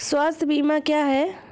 स्वास्थ्य बीमा क्या है?